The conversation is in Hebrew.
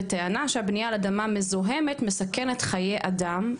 בטענה שבנייה על אדמה מזוהמת מסכנת חיי אדם,